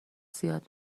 زیاد